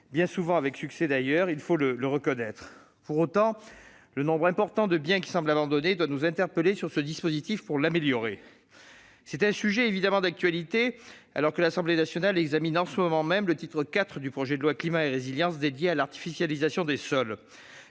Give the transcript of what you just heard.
bien souvent avec succès. Pour autant, le nombre important de biens qui semblent abandonnés doit nous interpeller sur ce dispositif pour l'améliorer. Il s'agit d'un sujet d'actualité, alors que l'Assemblée nationale examine en ce moment même le titre IV du projet de loi dit climat et résilience, dédié à l'artificialisation des sols.